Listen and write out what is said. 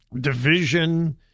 division